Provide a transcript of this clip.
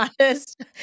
honest